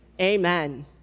Amen